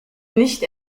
nicht